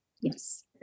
Yes